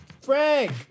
Frank